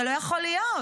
זה לא יכול להיות.